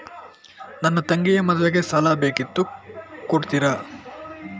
ನನ್ನ ತಂಗಿಯ ಮದ್ವೆಗೆ ಸಾಲ ಬೇಕಿತ್ತು ಕೊಡ್ತೀರಾ?